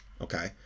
Okay